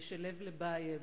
כשלב לבייב,